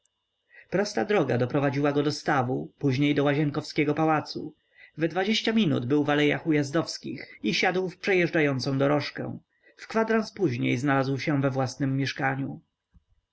komedyi prosta droga doprowadziła go do stawu później do łazienkowskiego pałacu we dwadzieścia minut był w alejach ujazdowskich i siadł w przejeżdżającą dorożkę w kwadrans później znalazł się we własnem mieszkaniu